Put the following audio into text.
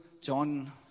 John